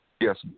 Yes